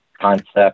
concept